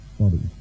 body